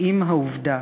עם העובדה